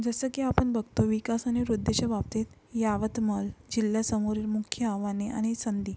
जसं की आपण बघतो विकास आणि रूढींच्या बाबतीत यवतमाळ जिल्ह्यासमोरील मुख्य आव्हाने आणि संधी